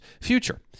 future